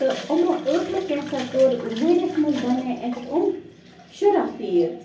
تہٕ یِمو ٲٹھو کیٛاہ سا کٔر شُراہ تیٖر